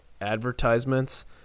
advertisements